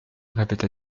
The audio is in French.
répéta